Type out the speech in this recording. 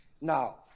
Now